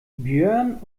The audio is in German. björn